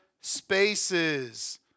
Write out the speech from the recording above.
spaces